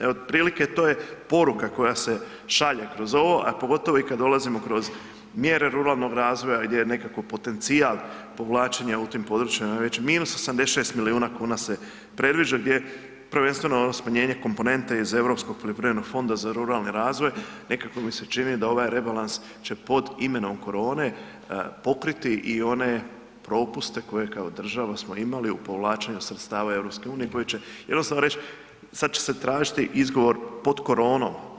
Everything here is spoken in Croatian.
Evo, otprilike to je poruka koja se šalje kroz ovo, a pogotovo i kad dolazimo kroz mjere ruralnog razvoja gdje je nekako potencijal povlačenja u tim područjima u većem minusu, 86 milijuna kuna se predviđa gdje je prvenstveno smanjenje komponente iz Europskog poljoprivrednog fonda za ruralni razvoj, nekako mi se čini da ovaj rebalans će pod imenom korone pokriti i one propuste koje kao država smo imali u povlačenju sredstava EU koje će jednostavno reć, sad će se tražiti izgovor pod koronom.